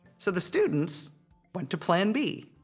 so the students went to plan b,